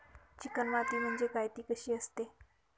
Chicken माती म्हणजे काय? ति कशी असते?